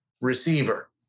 receiver